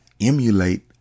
emulate